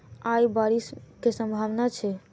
आय बारिश केँ सम्भावना छै?